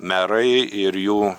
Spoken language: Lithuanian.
merai ir jų